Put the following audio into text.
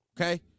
Okay